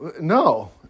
no